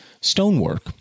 stonework